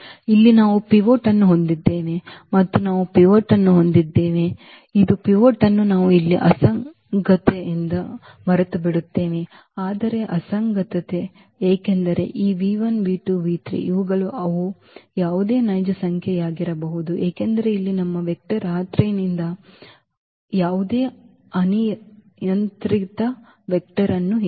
ಇಲ್ಲಿ ನಾವು ಪಿವೋಟ್ ಅನ್ನು ಹೊಂದಿದ್ದೇವೆ ಮತ್ತು ನಾವು ಪಿವೋಟ್ ಅನ್ನು ಹೊಂದಿದ್ದೇವೆ ಮತ್ತು ಇದು ಪಿವೋಟ್ ಅನ್ನು ನಾವು ಇಲ್ಲಿ ಅಸಂಗತತೆಯನ್ನು ಮರೆತುಬಿಡುತ್ತೇವೆ ಆದರೆ ಅಸಂಗತತೆ ಏಕೆಂದರೆ ಈ ಇವುಗಳು ಅವು ಯಾವುದೇ ನೈಜ ಸಂಖ್ಯೆಯಾಗಿರಬಹುದು ಏಕೆಂದರೆ ಇಲ್ಲಿ ನಮ್ಮ ವೆಕ್ಟರ್ ನಿಂದ ಮತ್ತು ರಿಂದ ಯಾವುದೇ ಅನಿಯಂತ್ರಿತ ವೆಕ್ಟರ್ ಅನ್ನು ಹೇಳಿ